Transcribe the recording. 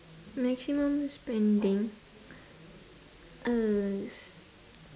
maximum spending uh is